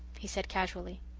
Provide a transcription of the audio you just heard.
he said casually.